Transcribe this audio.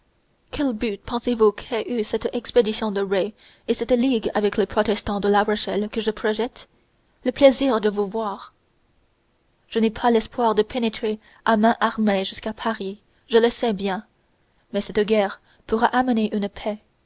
quel but pensez-vous qu'aient eu cette expédition de ré et cette ligue avec les protestants de la rochelle que je projette le plaisir de vous voir je n'ai pas l'espoir de pénétrer à main armée jusqu'à paris je le sais bien mais cette guerre pourra amener une paix